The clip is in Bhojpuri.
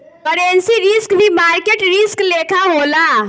करेंसी रिस्क भी मार्केट रिस्क लेखा होला